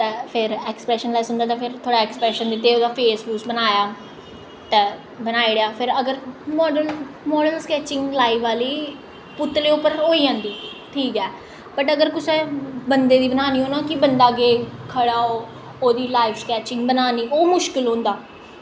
ते फिर expression less होंदा ते फिर ओह्दा ऐक्सप्रैशन दित्ते फेस फूस बनाया फिर बनाई ओड़ेआ ते मॉडल उ'नें ते स्कैचिंग लाईव आह्ली पुतले पर होई जंदी ठीक ऐ बट अगर कुसै बंदे दी बनानी होऐ ना बंदा केह् खड़ा हो ओह्दा लाईव स्कैचिंग बनानी ओह् मुशकल होंदा